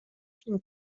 kim